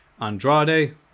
Andrade